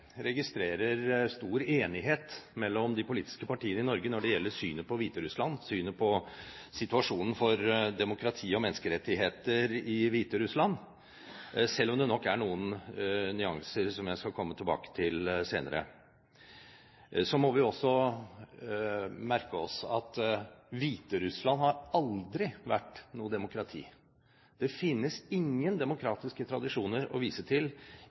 registrerer stor enighet mellom de politiske partiene i Norge når det gjelder synet på Hviterussland, synet på situasjonen for demokrati og menneskerettigheter i Hviterussland, selv om det nok er noen nyanser som jeg skal komme tilbake til senere. Så må vi også merke oss at Hviterussland aldri har vært noe demokrati. Det finnes ingen demokratiske tradisjoner å vise til